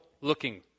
looking